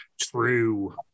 true